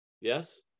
Yes